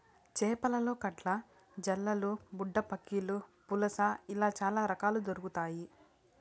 చేపలలో కట్ల, జల్లలు, బుడ్డపక్కిలు, పులస ఇలా చాల రకాలు దొరకుతాయి